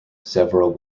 several